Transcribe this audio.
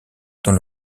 dans